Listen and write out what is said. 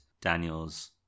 Daniels